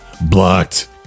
blocked